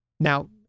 Now